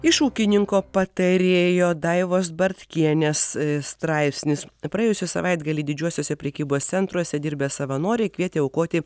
iš ūkininko patarėjo daivos bartkienės straipsnis praėjusį savaitgalį didžiuosiuose prekybos centruose dirbę savanoriai kvietė aukoti